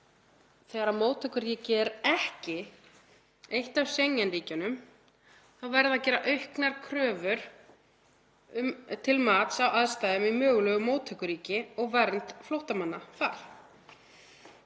þegar móttökuríkið er ekki eitt af Schengen-ríkjunum verði að gera auknar kröfur til mats á aðstæðum í mögulegu móttökuríki og vernd flóttamanna.